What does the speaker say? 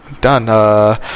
Done